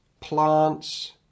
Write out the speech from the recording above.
plants